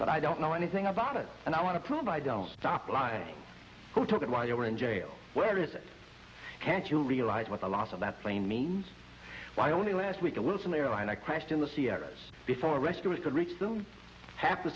but i don't know anything about it and i want to prove i don't stop lying i took it while you were in jail where is it can't you realize what the loss of that plane means why only last week it was an airliner crashed in the sierras before rescuers could reach them ha